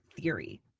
theory